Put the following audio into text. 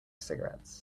cigarettes